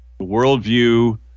Worldview